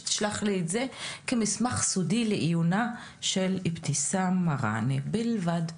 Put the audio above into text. שתשלח לי את זה כמסמך סודי לעיונה של אבתיסאם מראענה בלבד.